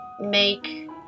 make